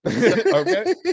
Okay